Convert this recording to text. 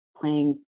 playing